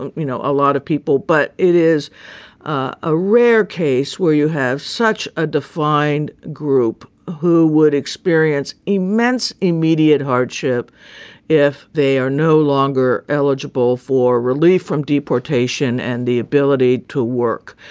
and you know, a lot of people but it is a rare case where you have such a defined group who would experience immense immediate hardship if they are no longer eligible for relief from deportation and the ability to work.